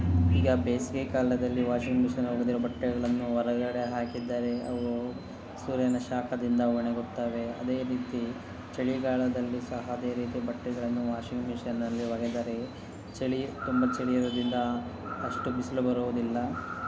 ಈಗ ಬೇಸಿಗೆ ಕಾಲದಲ್ಲಿ ವಾಶಿಂಗ್ ಮಿಷನ್ ಒಗೆದಿರೊ ಬಟ್ಟೆಗಳನ್ನು ಹೊರಗಡೆ ಹಾಕಿದರೆ ಅವು ಸೂರ್ಯನ ಶಾಖದಿಂದ ಒಣಗುತ್ತವೆ ಅದೇ ರೀತಿ ಚಳಿಗಾಲದಲ್ಲು ಸಹ ಅದೇ ರೀತಿ ಬಟ್ಟೆಗಳನ್ನು ವಾಶಿಂಗ್ ಮಿಷನಲ್ಲಿ ಒಗೆದರೆ ಚಳಿ ತುಂಬ ಚಳಿ ಇರೋದರಿಂದ ಅಷ್ಟು ಬಿಸಿಲು ಬರೋದಿಲ್ಲ